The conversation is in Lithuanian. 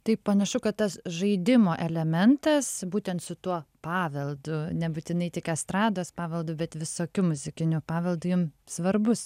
tai panašu kad tas žaidimo elementas būtent su tuo paveldu nebūtinai tik estrados paveldu bet visokiu muzikiniu paveldu jum svarbus